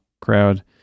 crowd